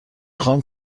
خواهم